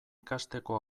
ikasteko